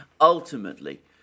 ultimately